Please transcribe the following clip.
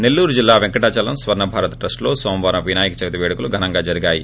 నెల్లూరు జిల్లా పెంకటాచలం స్వర్ణభారత్ ట్రస్టులో నోమవారం వినాయక చవితి పేడుకలు ఘనంగా జరిగాయి